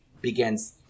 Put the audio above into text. begins